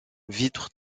vitres